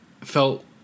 felt